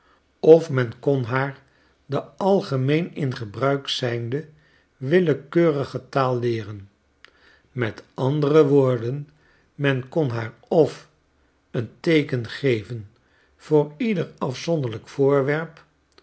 of men kon haar de algemeen in gebruik zijnde wiliekeurige taal leeren met andere woorden men kon haar of een teeken geven voor ieder afzonderlijk voorwerp